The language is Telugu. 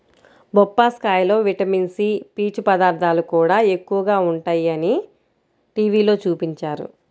బొప్పాస్కాయలో విటమిన్ సి, పీచు పదార్థాలు కూడా ఎక్కువగా ఉంటయ్యని టీవీలో చూపించారు